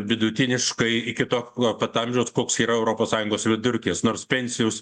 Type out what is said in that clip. vidutiniškai iki to pat amžiaus koks yra europos sąjungos vidurkis nors pensijos